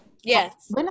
Yes